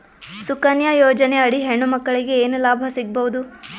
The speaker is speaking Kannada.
ಸುಕನ್ಯಾ ಯೋಜನೆ ಅಡಿ ಹೆಣ್ಣು ಮಕ್ಕಳಿಗೆ ಏನ ಲಾಭ ಸಿಗಬಹುದು?